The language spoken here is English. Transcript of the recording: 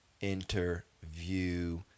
Interview